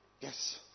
Yes